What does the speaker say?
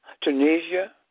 Tunisia